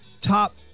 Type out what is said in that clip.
top